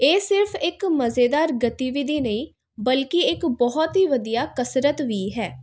ਇਹ ਸਿਰਫ ਇੱਕ ਮਜ਼ੇਦਾਰ ਗਤੀਵਿਧੀ ਨਹੀਂ ਬਲਕਿ ਇੱਕ ਬਹੁਤ ਹੀ ਵਧੀਆ ਕਸਰਤ ਵੀ ਹੈ